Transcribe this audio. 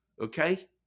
okay